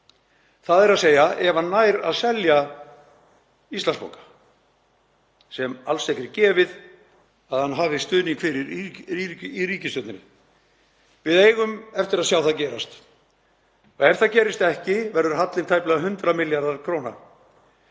ári, þ.e. ef hann nær að selja Íslandsbanka, sem er alls ekki gefið að hann hafi stuðning fyrir í ríkisstjórninni. Við eigum eftir að sjá það gerast. Ef það gerist ekki verður hallinn tæplega 100 milljarðar kr.